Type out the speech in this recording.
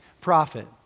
prophet